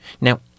Now